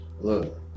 look